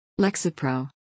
Lexapro